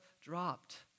dropped